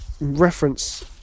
reference